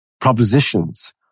propositions